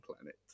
planet